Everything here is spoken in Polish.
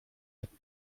jak